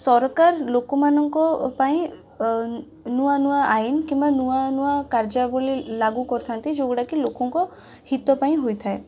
ସରକାର ଲୋକମାନଙ୍କ ପାଇଁ ଅ ନୂଆନୂଆ ଆଇନ କିମ୍ବା ନୂଆନୂଆ କାର୍ଯ୍ୟାବଳୀ ଲାଗୁ କରିଥାନ୍ତି ଯେଉଁଗୁଡ଼ାକି ଲୋକଙ୍କ ହିତପାଇଁ ହୋଇଥାଏ